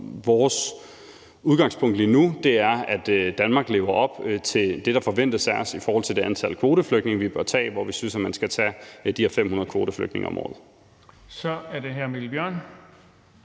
vores udgangspunkt, at Danmark skal leve op til det, der forventes af os i forhold til det antal kvoteflygtninge, vi bør tage, og vi synes, vi bør tage de her 500 kvoteflygtninge om året. Kl. 19:20 Den